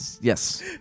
yes